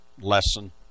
lesson